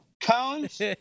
cones